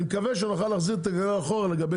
אני מקווה שנוכל להחזיר את הגלגל אחורה לגבי